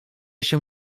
się